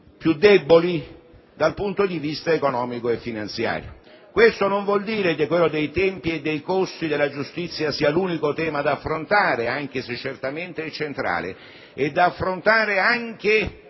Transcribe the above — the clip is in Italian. più deboli dal punto di vista economico e finanziario. Ciò non vuol dire che quello dei tempi e dei costi della giustizia sia l'unico tema da affrontare, anche se è certamente centrale. Sono da affrontare anche